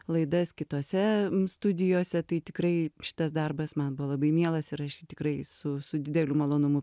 laidas kitose studijose tai tikrai šitas darbas man buvo labai mielas ir aš jį tikrai su dideliu malonumu